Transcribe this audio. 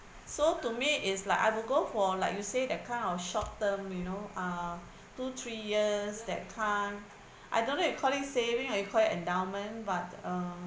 so to me is like I would go for like you say that kind of short term you know uh two three years that kind I don't know you call it saving or you call it endowment but uh